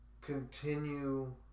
continue